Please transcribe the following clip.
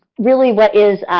really what is